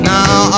Now